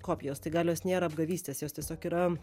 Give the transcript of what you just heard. kopijos tai gal jos nėra apgavystės jos tiesiog yra